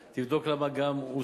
תבדוק גם למה הם הוסרו.